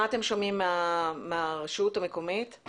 מה אתם שומעים מהרשות המקומית?